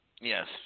Yes